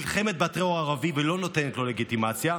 הממשלה שלנו נלחמת בטרור הערבי ולא נותנת לו לגיטימציה,